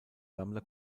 sammler